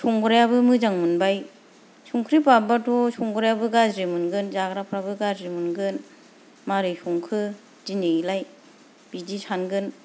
संग्रायाबो मोजां मोनबाय संख्रि बाबबाथ' संग्रायाबो गाज्रि मोनगोन जाग्राफ्राबो गाज्रि मोनगोन मारै संखो दिनैलाय बिदि सानगोन